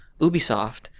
Ubisoft